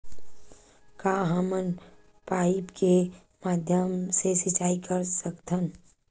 का हमन पाइप के माध्यम से सिंचाई कर सकथन?